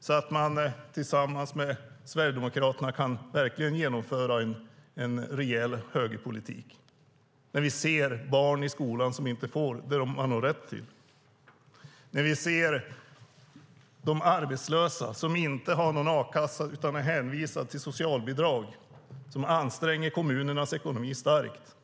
så att man tillsammans med Sverigedemokraterna verkligen kan genomföra en rejäl högerpolitik, när vi ser barn i skolan som inte får det som de har rätt till och när vi ser arbetslösa som inte har någon a-kassa utan är hänvisade till socialbidrag, vilket anstränger kommunernas ekonomi starkt.